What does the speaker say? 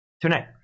tonight